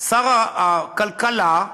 שר הכלכלה,